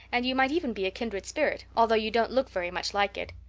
and you might even be a kindred spirit although you don't look very much like it.